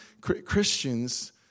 Christians